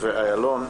אילון,